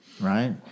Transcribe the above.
Right